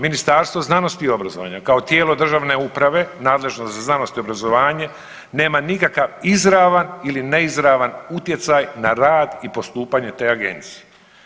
Ministarstvo znanosti i obrazovanja kao tijelo državne uprave nadležno za znanost i obrazovanje nema nikakav izravan ili neizravan utjecaj na rad postupanje te agencije.